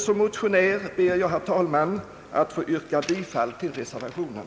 Som motionär ber jag, herr talman, att få yrka bifall till reservationen.